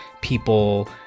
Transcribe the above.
people